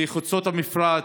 בחוצות המפרץ,